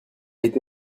été